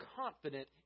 confident